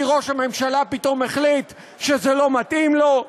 כי ראש הממשלה פתאום החליט שזה לא מתאים לו.